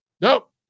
Nope